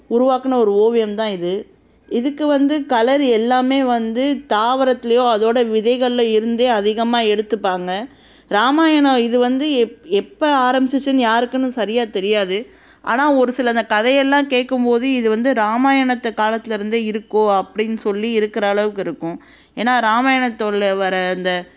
உருவாக்கின ஒரு ஓவியம் தான் இது இதுக்கு வந்து கலரு எல்லாமே வந்து தாவரத்துலேயோ அதோடய விதைகளில் இருந்தே அதிகமாக எடுத்துப்பாங்க ராமாயணம் இது வந்து எப் எப்போ ஆரமிச்சிச்சுன்னு யாருக்கும் இன்னும் சரியாக தெரியாது ஆனால் ஒரு சில இந்த கதையெல்லாம் கேட்கும் போது இது வந்து ராமாயணத்து காலத்துலேருந்தே இருக்கும் அப்படின்னு சொல்லி இருக்கிற அளவுக்கு இருக்கும் ஏன்னால் ராமாயணத்துள்ளே வர்ற இந்த